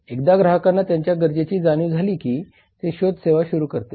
एकदा ग्राहकांना त्यांच्या गरजेची जाणीव झाली की ते शोध सेवा सुरू करतील